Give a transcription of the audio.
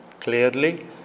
clearly